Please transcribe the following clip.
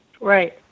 Right